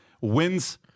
wins